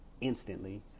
instantly